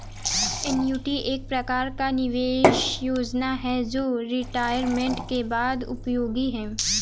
annuity एक प्रकार का निवेश योजना है जो रिटायरमेंट के बाद उपयोगी है